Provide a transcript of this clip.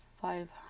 five